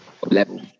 level